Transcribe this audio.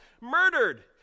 murdered